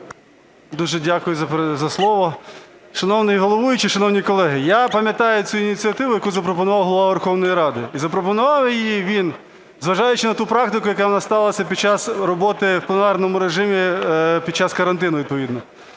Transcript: Дуже дякую за слово. Шановний головуючий, шановні колеги, я пам'ятаю цю ініціативу, яку запропонував Голова Верховної Ради. І запропонував її він, зважаючи на ту практику, яка в нас сталася під час роботи в пленарному режимі під час карантину відповідно.